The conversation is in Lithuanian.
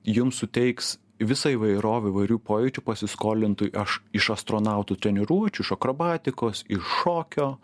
jum suteiks visą įvairovę įvairių pojūčių pasiskolintų aš iš astronautų treniruočių iš akrobatikos iš šokio